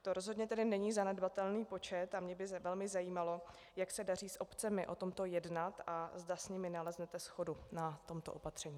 To rozhodně tedy není zanedbatelný počet a mě by velmi zajímalo, jak se daří s obcemi o tomto jednat a zda s nimi naleznete shodu na tomto opatření.